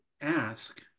ask